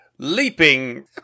Leaping